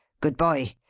good bye.